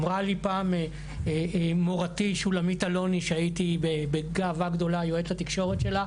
אמרה לי פעם מורתי שולמית אלוני שהייתי בגאווה גדולה יועץ התקשורת שלה,